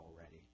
already